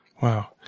Wow